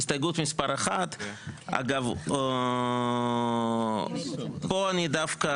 הסתייגות מספר 1. אגב, פה אני דווקא